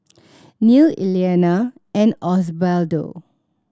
Neal Elianna and Osbaldo